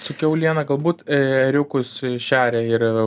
su kiauliena galbūt ėriukus šeria ir